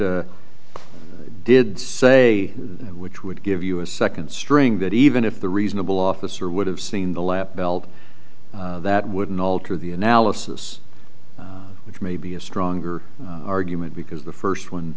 did say that which would give you a second string that even if the reasonable officer would have seen the lap belt that wouldn't alter the analysis which may be a stronger argument because the first one